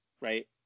right